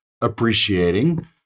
appreciating